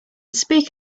speak